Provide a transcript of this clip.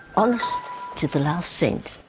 honest to the last cent.